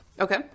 Okay